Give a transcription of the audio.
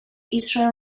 israel